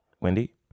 Wendy